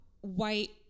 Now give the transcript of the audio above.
white